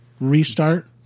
restart